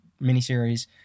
miniseries